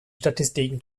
statistiken